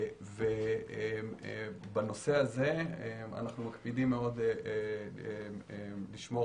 בנושא הזה אנחנו מקפידים מאוד לשמור